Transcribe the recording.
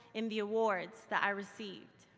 and the awards that i received.